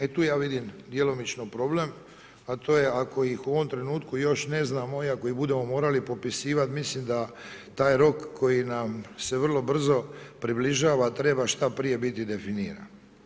E tu ja vidim djelomično problem a to je ako ih u ovom trenutku još ne znamo i ako ih budemo morali popisivati, mislim da taj rok koji nam se vrlo brzo približava a treba što prije biti definiran.